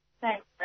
Thanks